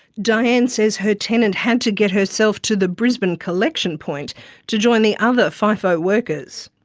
diane says her tenant had to get herself to the brisbane collection point to join the other fifo workers.